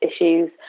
issues